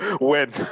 win